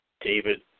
David